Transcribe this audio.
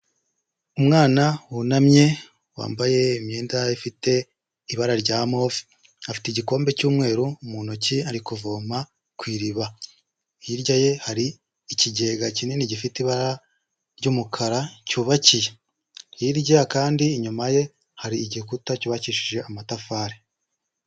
Umwana wunamye wambaye imyenda ifite ibara rya move, afite igikombe cy'umweru mu ntoki ari kuvoma kw’iriba, hirya ye har’ikigega kinini gifite ibara ry'umukara cyubakiye, hirya kandi inyuma ye hari igikuta cyubakishije amatafari.